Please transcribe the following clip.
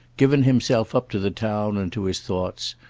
given himself up to the town and to his thoughts,